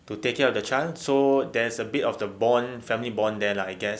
to take care of the child so there's a bit of the bond family bond there lah I guess